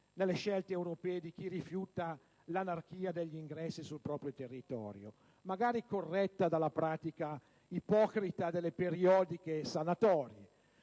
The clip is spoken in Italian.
nelle scelte europee di chi rifiuta l'anarchia degli ingressi sul proprio territorio, magari corretta dalla pratica ipocrita delle periodiche sanatorie.